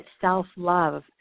self-love